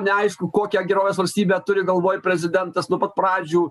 neaišku kokią gerovės valstybė turi galvoj prezidentas nuo pat pradžių